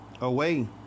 away